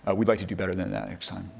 we'd like to do better than that next time,